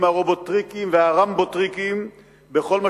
עם ה"רובוטריקים" וה"רמבו טריקים" בכל מה